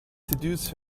seduce